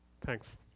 Thanks